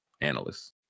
analysts